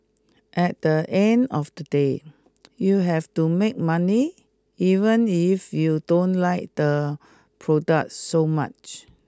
at the end of the day you have to make money even if you don't like the product so much